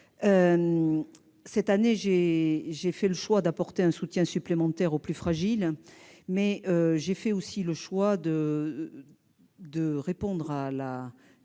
Cette année, j'ai fait le choix d'apporter un soutien supplémentaire aux plus fragiles, mais j'ai également décidé de répondre au souci